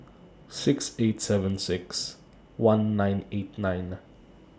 six eight seven six one nine eight nine